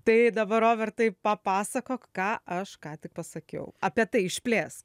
tai dabar robertai papasakok ką aš ką tik pasakiau apie tai išplėsk